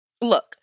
Look